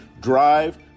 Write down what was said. drive